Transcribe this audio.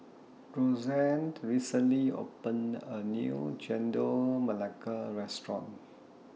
Roseann recently opened A New Chendol Melaka Restaurant